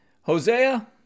Hosea